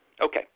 Okay